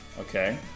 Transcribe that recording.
okay